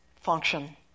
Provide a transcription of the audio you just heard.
function